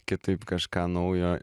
kitaip kažką naujo